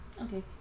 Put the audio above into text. okay